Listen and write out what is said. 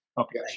Okay